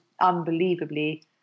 unbelievably